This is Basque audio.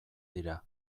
dira